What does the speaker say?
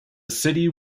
city